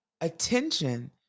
attention